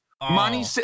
Money